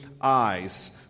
eyes